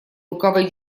лукавой